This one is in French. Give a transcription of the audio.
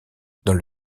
dans